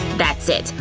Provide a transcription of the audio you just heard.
that's it,